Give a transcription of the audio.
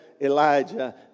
Elijah